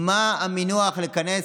הכול בנחת.